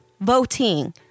Voting